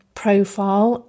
profile